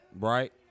Right